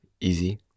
easy